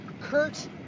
Kurt